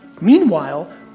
Meanwhile